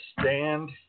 stand